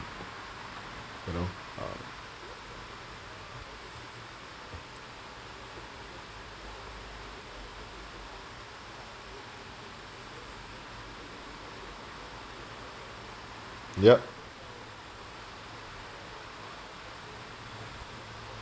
you know uh yup